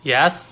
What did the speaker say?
Yes